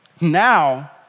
Now